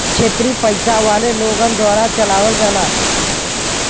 क्षेत्रिय पइसा वाले लोगन द्वारा चलावल जाला